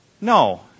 no